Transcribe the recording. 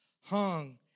hung